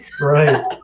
Right